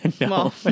No